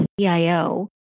CIO